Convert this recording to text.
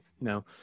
no